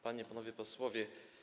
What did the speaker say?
Panie i Panowie Posłowie!